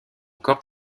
corps